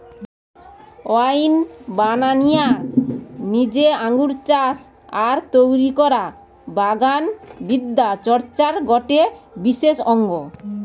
wine বানানিয়ার জিনে আঙ্গুর চাষ আর তৈরি করা বাগান বিদ্যা চর্চার গটে বিশেষ অঙ্গ